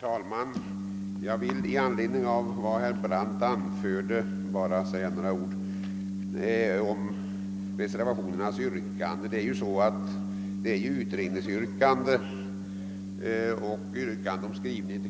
Herr talman! I anledning av vad herr Brandt anförde vill jag framhålla att i reservationerna 1 och 2 yrkas att riksdagen i skrivelse till